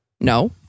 no